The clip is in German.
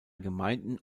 gemeinden